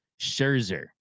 Scherzer